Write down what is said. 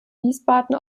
wiesbaden